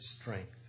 strength